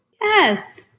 Yes